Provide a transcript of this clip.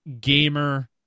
Gamer